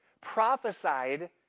prophesied